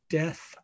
death